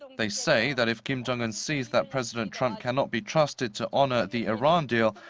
they say that, if kim jong-un sees that president trump cannot be trusted to honor the iran deal,